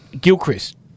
Gilchrist